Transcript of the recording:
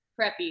preppy